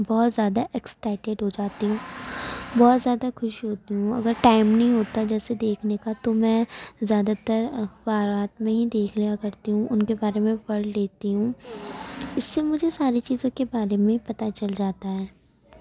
بہت زیادہ ایکسٹائٹیڈ ہو جاتی ہوں بہت زیادہ خوش ہوتی ہوں اگر ٹائم نہیں ہوتا جیسے دیکھنے کا تو میں زیادہ تر اخبارات میں ہی دیکھ لیا کرتی ہوں ان کے بارے میں پڑھ لیتی ہوں اس سے مجھے ساری چیزوں کے بارے میں پتہ چل جاتا ہے